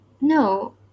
No